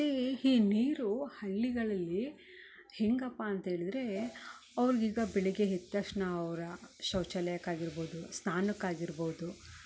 ಮತ್ತು ಈ ನೀರು ಹಳ್ಳಿಗಳಲ್ಲಿ ಹೇಗಪ್ಪ ಅಂತ್ಹೇಳಿದರೆ ಅವ್ರ್ಗೆ ಈಗ ಬೆಳಗ್ಗೆ ಎದ್ದ ತಕ್ಷಣ ಅವರ ಶೌಚಾಲಯಕ್ಕೆ ಆಗಿರ್ಬೋದು ಸ್ನಾನಕ್ಕೆ ಆಗಿರ್ಬೋದು